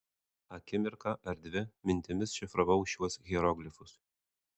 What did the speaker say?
akimirką ar dvi mintimis šifravau šiuos hieroglifus